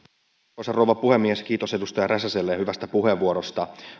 arvoisa rouva puhemies kiitos edustaja räsäselle hyvästä puheenvuorosta